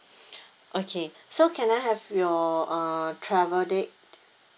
okay so can I have your uh travel date